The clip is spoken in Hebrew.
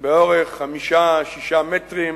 באורך 6-5 מטרים,